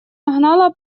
нагнала